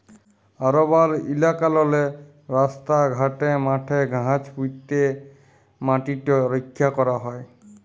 আরবাল ইলাকাললে রাস্তা ঘাটে, মাঠে গাহাচ প্যুঁতে ম্যাটিট রখ্যা ক্যরা হ্যয়